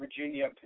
Virginia